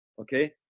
Okay